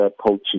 poaching